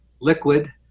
liquid